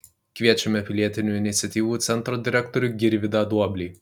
kviečiame pilietinių iniciatyvų centro direktorių girvydą duoblį